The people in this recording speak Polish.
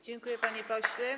Dziękuję, panie pośle.